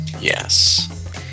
Yes